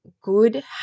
good